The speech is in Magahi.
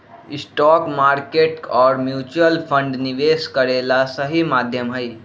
स्टॉक मार्केट और म्यूच्यूअल फण्ड निवेश करे ला सही माध्यम हई